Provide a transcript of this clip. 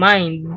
Mind